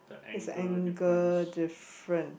is angle different